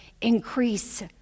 increase